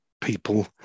people